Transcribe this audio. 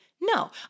no